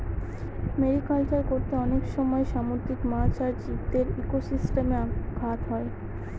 mariculture করতে অনেক সময় সামুদ্রিক মাছ আর জীবদের ইকোসিস্টেমে ঘাত হয়